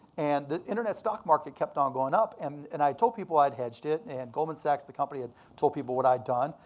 and the internet stock market kept on going up. and and i told people i'd hedged it. and goldman sachs, the company, had told people what i'd done.